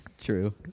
True